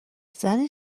زنی